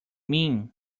mean